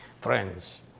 Friends